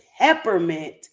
peppermint